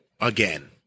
again